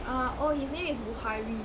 err oh his name is bukhari